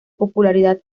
popularidad